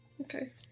Okay